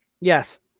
Yes